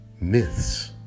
myths